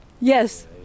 Yes